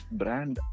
brand